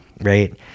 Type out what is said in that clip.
right